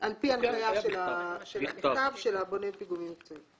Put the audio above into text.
על פי הנחיה בכתב של בונה מקצועי לפיגומים.